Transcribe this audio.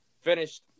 finished